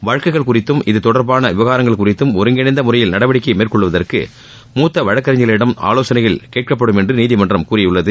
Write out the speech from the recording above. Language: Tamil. வழக்குகள் குறித்தும் இது தொடர்பான விவகாரங்கள் குறித்தும் ஒருங்கிணைந்த முறையில் நடவடிக்கை மேற்கொள்வதற்கு மூத்த வழக்கறிஞர்களிடம் ஆலோசனைகள் கேட்கப்படும் என்று நீதிமன்றம் கூறியுள்ளது